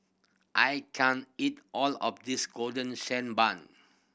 I can't eat all of this Golden Sand Bun